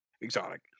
Exotic